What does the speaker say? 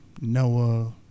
Noah